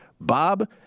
Bob